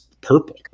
purple